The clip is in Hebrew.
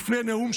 ואולי לפני כן,